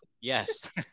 Yes